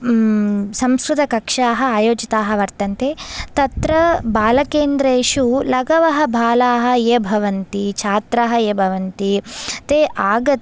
संस्कृतकक्षाः आयोजिताः वर्तन्ते तत्र बालकेन्द्रेषु लघवः बालाः ये भवन्ति छात्राः ये भवन्ति ते आगत्य